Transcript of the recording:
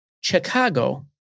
Chicago